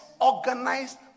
organized